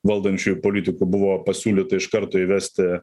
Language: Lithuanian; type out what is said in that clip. valdančiųjų politikų buvo pasiūlyta iš karto įvesti